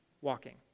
walking